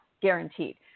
guaranteed